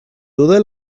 duda